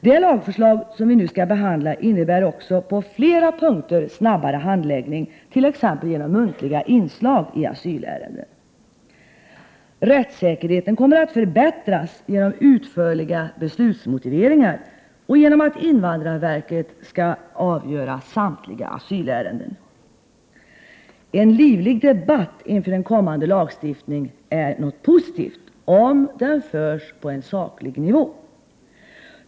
Det lagförslag som vi nu skall behandla innebär också på flera punkter snabbare handläggning, t.ex. genom muntliga inslag i asylärenden. Rättssäkerheten kommer att förbättras genom utförliga beslutsmotiveringar och genom att invandrarverket skall avgöra samtliga asylärenden. En livlig debatt inför en kommande lagstiftning är något positivt, om den förs på en saklig nivå.